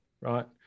right